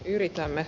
yritämme